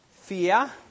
fear